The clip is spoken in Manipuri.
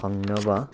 ꯐꯪꯅꯕ